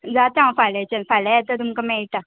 जाता हांव फाल्याच्यान फाल्यां येता तुमकां मेळटा